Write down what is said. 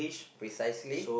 precisely